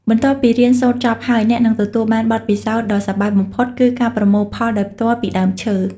បន្ទាប់ពីរៀនសូត្រចប់ហើយ អ្នកនឹងទទួលបានបទពិសោធន៍ដ៏សប្បាយបំផុតគឺការប្រមូលផលដោយផ្ទាល់ពីដើមឈើ។